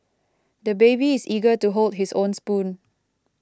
the baby is eager to hold his own spoon